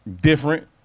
different